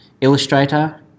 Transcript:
Illustrator